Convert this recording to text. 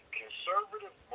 conservative